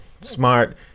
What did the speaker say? smart